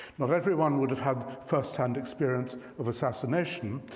not everyone would've had firsthand experience of assassination,